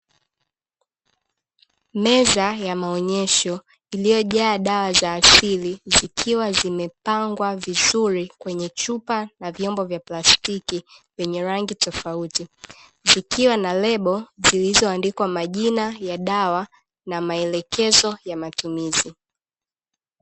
Meza ya maonyesho iliyojaa dawa za asili zikiwa zimepangwa vizuri kweye chupa na vyombo vya plastiki vyenye rangi tofauti. Zikiwa na lebo zilizo andikwa majina ya dawa na maelekezo ya matumizi.